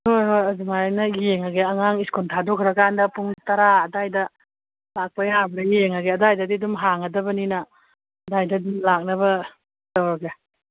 ꯍꯣꯏ ꯍꯣꯏ ꯑꯗꯨꯃꯥꯏꯅ ꯌꯦꯡꯉꯒꯦ ꯑꯉꯥꯡ ꯁ꯭ꯀꯨꯟ ꯊꯥꯗꯣꯛꯈ꯭ꯔ ꯀꯥꯟꯗ ꯄꯨꯡ ꯇꯔꯥ ꯑꯗꯨꯋꯥꯏꯗ ꯂꯥꯛꯄ ꯌꯥꯕ꯭ꯔ ꯌꯦꯡꯉꯒꯦ ꯑꯗꯨꯋꯥꯏꯗꯗꯤ ꯑꯗꯨꯝ ꯍꯥꯡꯉꯗꯕꯅꯤꯅ ꯑꯗꯨꯋꯥꯏꯗ ꯑꯗꯨꯝ ꯂꯥꯛꯅꯕ ꯇꯧꯔꯒꯦ